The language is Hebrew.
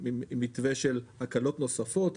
עם מתווה של הקלות נוספות,